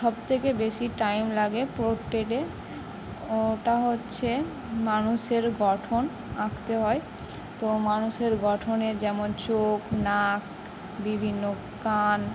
সব থেকে বেশি টাইম লাগে পোট্রেটে ওটা হচ্ছে মানুষের গঠন আঁকতে হয় তো মানুষের গঠনে যেমন চোখ নাক বিভিন্ন কান